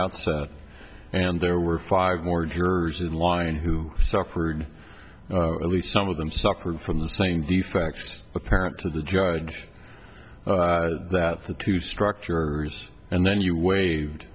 outset and there were five more jurors in line who suffered at least some of them suffered from the same defects apparent to the judge that the two structures and then you waved